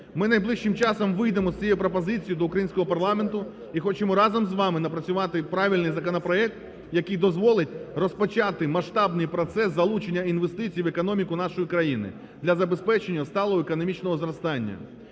Ми найближчим часом вийдемо з цією пропозицією до українського парламенту і хочемо разом з вами напрацювати правильний законопроект, який дозволить розпочати масштабний процес залучення інвестицій в економіку нашої країни для забезпечення сталого економічного зростання.